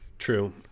True